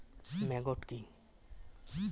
Maggot কি?